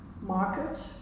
market